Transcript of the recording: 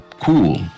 cool